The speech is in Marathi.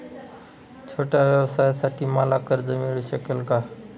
छोट्या व्यवसायासाठी मला कर्ज मिळू शकेल का?